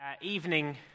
evening